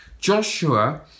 Joshua